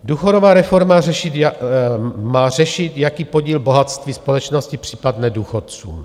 Důchodová reforma má řešit, jaký podíl bohatství společnosti připadne důchodcům.